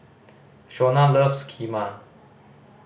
Shona loves Kheema